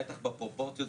בטח בפרופורציות,